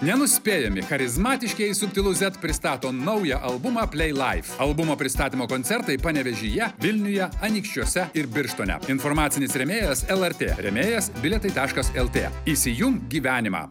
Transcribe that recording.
nenuspėjami charizmatiškieji subtilūs zet pristato naują albumą plei laiv albumo pristatymo koncertai panevėžyje vilniuje anykščiuose ir birštone informacinis rėmėjas lrt rėmėjas bilietai taškas lt įsijunk gyvenimą